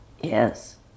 Yes